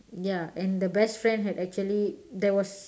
ya and the best friend had actually there was